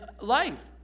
life